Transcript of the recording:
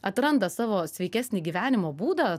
atranda savo sveikesnį gyvenimo būdą